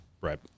right